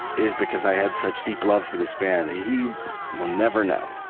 is because i had such deep love for this man that he will never know.